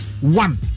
One